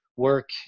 work